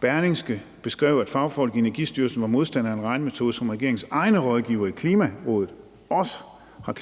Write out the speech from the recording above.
Berlingske beskrev, at fagfolk i Energistyrelsen var modstandere af en regnemetode, som regeringens egne rådgivere i Klimarådet også har